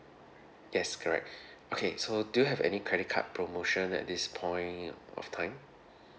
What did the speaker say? yes correct okay so do you have any credit card promotion at this point of time